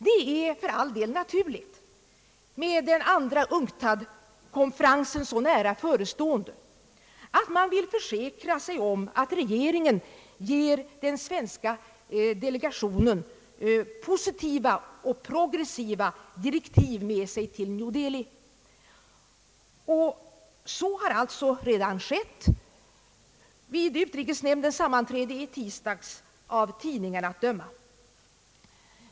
Det är för all del naturligt — med den andra UNCTAD-konferensen så nära förestående — att man vill försäkra sig om att regeringen ger den svenska delegationen positiva och progressiva direktiv med sig till New Delhi. Och så har alltså skett vid utrikesnämndens sammanträde i tisdags, av tidningarna att döma.